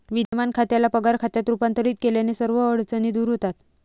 विद्यमान खात्याला पगार खात्यात रूपांतरित केल्याने सर्व अडचणी दूर होतात